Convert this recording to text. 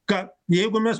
ką jeigu mes